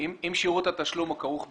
אם שירות התשלום כרוך בהמרה,